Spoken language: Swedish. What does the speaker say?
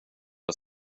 att